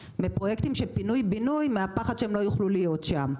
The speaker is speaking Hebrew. לפרויקטים של פינוי-בינוי מהפחד שהם לא יוכלו להיות שם.